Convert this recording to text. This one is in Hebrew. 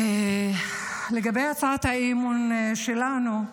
לגבי הצעת האי-אמון שלנו,